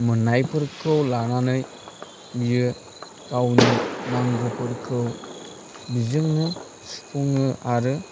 मोननायफोरखौ लानानै बियो गावनि नांगौफोरखौ बिजोंनो सुफुङो आरो